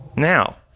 Now